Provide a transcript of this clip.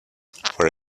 for